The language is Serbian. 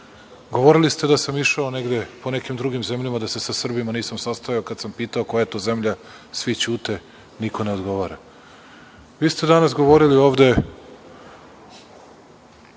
Govorili ste da sam išao negde po nekim drugim zemljama da se sa Srbima nisam sastajao, kada sam pitao koja je to zemlja, svi ćute niko ne odgovara. Vi ste danas govorili ovde